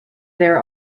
there